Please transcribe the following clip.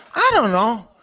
i don't know.